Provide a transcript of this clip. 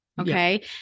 okay